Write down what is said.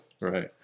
Right